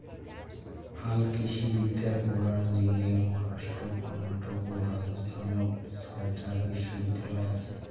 হালকৃষিবিদ্যা পড়ার জিনে মহারাষ্ট্র, কর্ণাটক ও রাজস্থানত ছয়টা বিশ্ববিদ্যালয় আচে